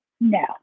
No